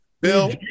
Bill